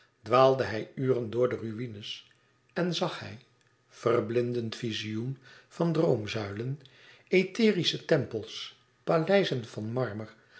dwaalde hij uren door de ruïnes en zag hij verblindend vizioen van droomzuilen etherische tempels paleizen van marmer